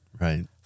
right